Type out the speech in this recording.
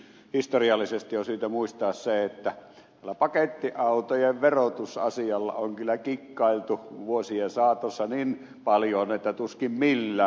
historiallisesti on syytä muistaa se että tällä pakettiautojen verotusasialla on kyllä kikkailtu vuosien saatossa niin paljon että tuskin millään